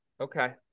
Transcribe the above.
Okay